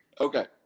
Okay